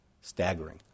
staggering